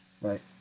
Right